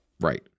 Right